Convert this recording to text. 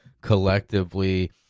collectively